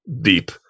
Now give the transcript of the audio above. deep